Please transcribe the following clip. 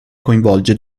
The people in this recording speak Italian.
coinvolge